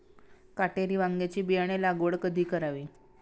काटेरी वांग्याची बियाणे लागवड कधी करावी?